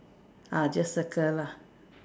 ah just circle lah